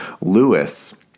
Lewis